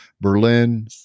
Berlin